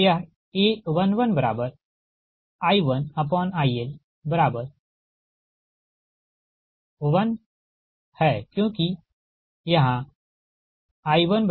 तो यह A11I1ILILIL10क्योंकि I1IL